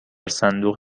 صندوق